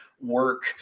work